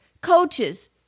coaches